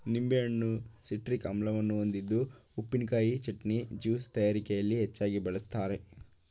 ನಿಂಬೆಹಣ್ಣು ಸಿಟ್ರಿಕ್ ಆಮ್ಲವನ್ನು ಹೊಂದಿದ್ದು ಉಪ್ಪಿನಕಾಯಿ, ಚಟ್ನಿ, ಜ್ಯೂಸ್ ತಯಾರಿಕೆಯಲ್ಲಿ ಹೆಚ್ಚಾಗಿ ಬಳ್ಸತ್ತರೆ